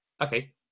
Okay